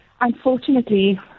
unfortunately